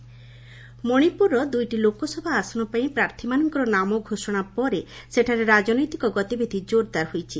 Manipur LS election ମଣିପୁରର ଦୁଇଟି ଲୋକସଭା ଆସନ ପାଇଁ ପ୍ରାର୍ଥୀମାନଙ୍କର ନାମ ଘୋଷଣା ପରେ ସେଠାରେ ରାଜନୈତିକ ଗତିବିଧି କୋରଦାର ହୋଇଛି